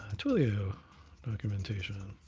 twilio documentation.